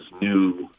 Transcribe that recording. new